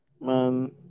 Man